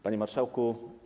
Panie Marszałku!